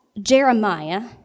Jeremiah